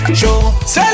show